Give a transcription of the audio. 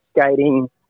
skating